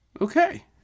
Okay